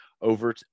Over